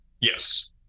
Yes